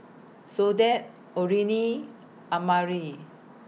Soledad Orene Amari